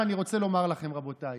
נכון, אני לא עשיתי כלום כשר התקשורת.